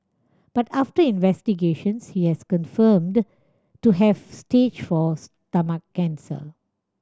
but after investigations he has confirmed to have stage four stomach cancer